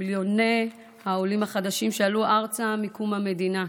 מיליוני העולים החדשים שעלו ארצה מקום המדינה,